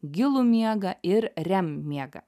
gilų miegą ir rem miegą